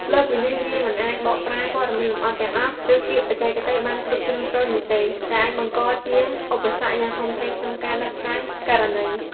លើសពីនេះវាមិនអាចបកប្រែ ព័ត៌មានលម្អិតទាំងអស់ ឬពាក្យបច្ចេកទេសបានគ្រប់ជ្រុងជ្រោយនោះទេ ដែលអាចបង្កជាឧបសគ្គយ៉ាងធំធេងក្នុងការដោះស្រាយករណី។